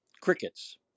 Crickets